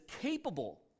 capable